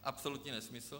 Absolutní nesmysl.